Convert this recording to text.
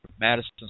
Madison